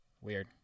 weird